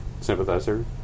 sympathizer